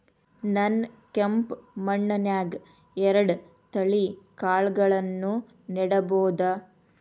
ನಾನ್ ಕೆಂಪ್ ಮಣ್ಣನ್ಯಾಗ್ ಎರಡ್ ತಳಿ ಕಾಳ್ಗಳನ್ನು ನೆಡಬೋದ?